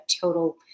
total